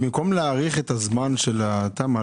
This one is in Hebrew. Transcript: במקום להאריך את הזמן של התמ"א,